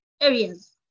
areas